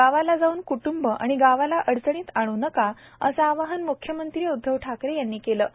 गावाला जाऊन कृट्ंब आणि गावाला अडचणीत आण् नका असं आवाहन म्ख्यमंत्री उद्धव ठाकरे यांनी केलं आहे